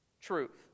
truth